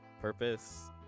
purpose